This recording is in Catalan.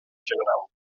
general